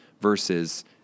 versus